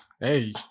hey